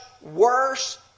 worse